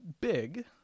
big